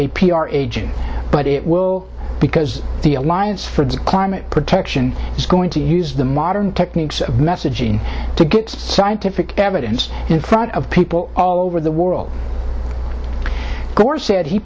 r agent but it will because the alliance for climate protection is going to use the modern techniques of messaging to get scientific evidence in front of people all over the world gore said he